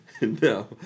No